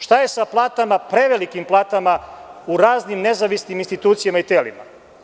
Šta je sa prevelikim platama u raznim nezavisnim institucijama i telima?